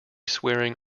swearing